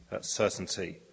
certainty